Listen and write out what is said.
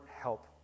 help